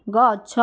ଗଛ